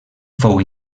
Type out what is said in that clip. fou